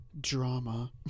drama